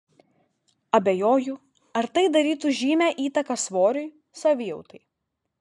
abejoju ar tai darytų žymią įtaką svoriui savijautai